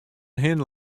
hin